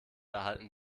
erhalten